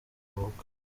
bukwe